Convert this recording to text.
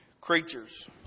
creatures